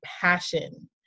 passion